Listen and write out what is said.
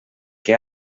que